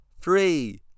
three